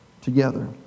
together